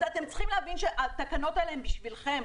אתם צריכים להבין שהתקנות האלה הן בשבילכם,